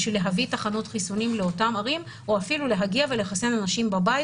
כדי להביא תחנות חיסונים לאותן ערים או אפילו להגיע ולחסן אנשים בבית